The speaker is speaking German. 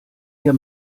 dir